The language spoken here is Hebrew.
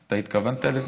אתה התכוונת לזה?